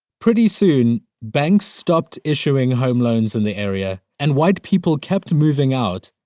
pretty soon banks stopped issuing home loans in the area and white people kept moving out.